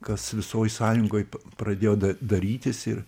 kas visoj sąjungoj pradėjo darytis ir